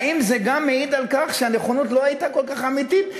האם זה גם מעיד על כך שהנכונות לא הייתה כל כך אמיתית,